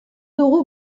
dugu